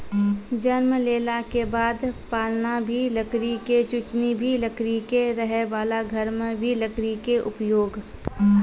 जन्म लेला के बाद पालना भी लकड़ी के, चुसनी भी लकड़ी के, रहै वाला घर मॅ भी लकड़ी के उपयोग